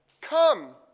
Come